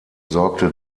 sorgte